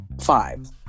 five